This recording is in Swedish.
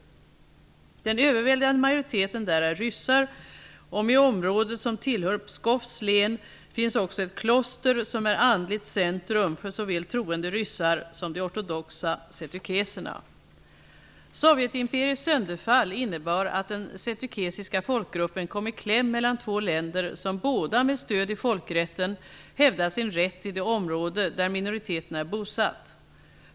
Den överväldigande majoriteten där är ryssar, och i området, som tillhör Pskovs län, finns också ett kloster som är andligt centrum för såväl troende ryssar som de ortodoxa setukeserna. Sovjetimperiets sönderfall innebar att den setukesiska folkgruppen kom i kläm mellan två länder som båda med stöd i folkrätten hävdar sin rätt till det område där minoriteten är bosatt.